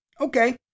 Okay